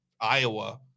Iowa